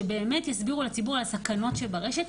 שבאמת יסבירו לציבור על הסכנות שברשת,